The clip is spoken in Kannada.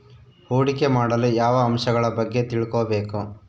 ಹೂಡಿಕೆ ಮಾಡಲು ಯಾವ ಅಂಶಗಳ ಬಗ್ಗೆ ತಿಳ್ಕೊಬೇಕು?